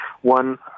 one